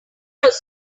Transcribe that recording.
was